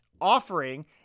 offering